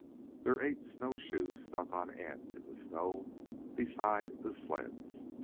their eight snowshoes stuck on end in the snow beside the sleds.